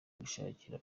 gushakira